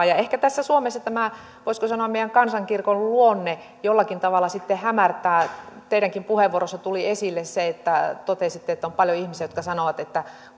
ja ehkä suomessa tämä voisiko sanoa meidän kansankirkon luonne jollakin tavalla sitten hämärtää teidänkin puheenvuorossanne tuli esille totesitte että on paljon ihmisiä jotka sanovat että